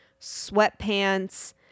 sweatpants